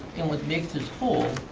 and what makes this whole